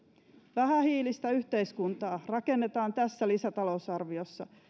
vähähiilistä yhteiskuntaa rakennetaan tässä lisätalousarviossa